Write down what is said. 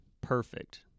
perfect